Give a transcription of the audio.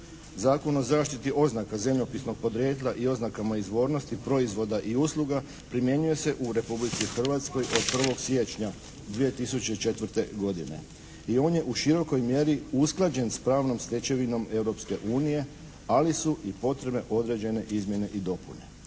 Zakon o zaštiti oznaka zemljopisnog podrijetla i oznakama izvornosti proizvoda i usluga primjenjuje se u Republici Hrvatskoj od 1. siječnja 2004. godine. I on je u širokoj mjeri usklađen s pravnom stečevinom Europske unije ali su i potrebne određene izmjene i dopune